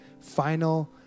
final